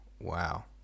Wow